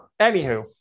anywho